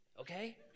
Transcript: okay